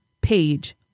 page